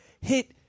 hit